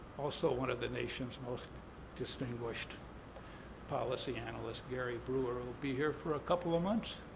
also one of the nation's most distinguished policy analysts, gary brewer, who'll be here for a couple of months?